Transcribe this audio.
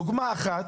דוגמא אחת,